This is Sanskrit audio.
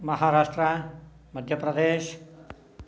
महाराष्ट्रः मध्यप्रदेशः